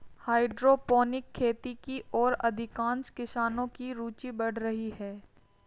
hydroponic खेती की ओर अधिकांश किसानों की रूचि बढ़ रही है